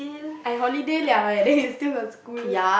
I holiday liao eh then you still got school